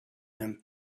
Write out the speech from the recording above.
him